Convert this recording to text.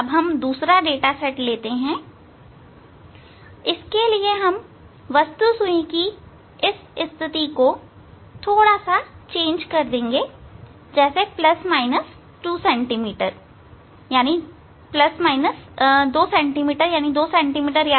अब हम दूसरा डाटा सेट लेते हैं इसके लिए हम वस्तु सुई की स्थिति को थोड़ा बदल देंगे जैसे प्लस माइनस 2 cm